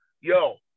yo